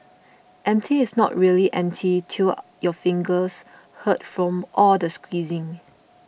empty is not really empty till your fingers hurt from all the squeezing